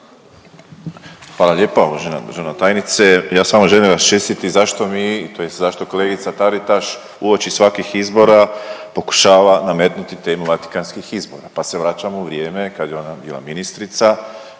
Hvala lijepa uvažena državna tajnice. Ja samo želim raščistiti zašto mi tj. zašto kolegica Taritaš uoči svakih izbora pokušava nametnuti temu Vatikanskih izbora, pa se vraćamo u vrijeme kad je ona bila ministrica.